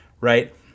right